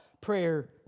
prayer